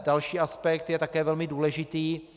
Další aspekt je také velmi důležitý.